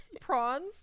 prawns